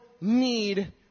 need